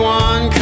one